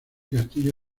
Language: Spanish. castillo